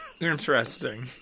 Interesting